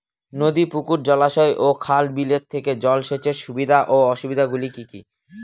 নদী পুকুর জলাশয় ও খাল বিলের থেকে জল সেচের সুবিধা ও অসুবিধা গুলি কি কি?